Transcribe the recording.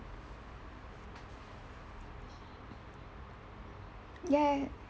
ya